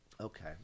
Okay